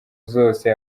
zose